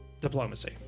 Diplomacy